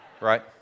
Right